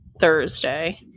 Thursday